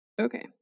okay